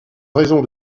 raison